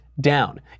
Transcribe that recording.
down